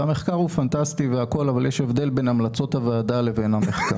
והמחקר הוא פנטסטי אבל יש הבדל בין המלצות הוועדה לבין המחקר.